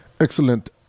Excellent